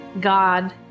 God